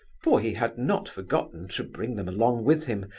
for he had not forgotten to bring them along with him,